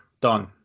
Done